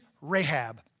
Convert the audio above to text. Rahab